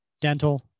dental